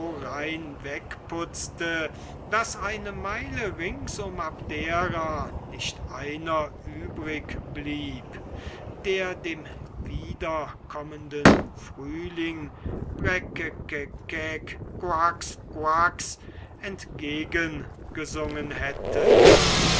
wegputzten daß eine meile rings um abdera nicht einer übrig blieb der dem wiederkommenden frühling entgegen gesungen hätte